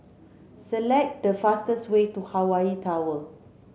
select the fastest way to Hawaii Tower